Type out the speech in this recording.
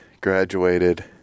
graduated